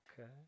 Okay